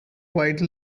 white